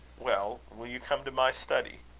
well, will you come to my study?